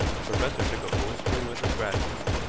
the professor took a fall swing with his brassey,